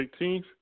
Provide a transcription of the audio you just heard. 18th